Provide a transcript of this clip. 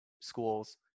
schools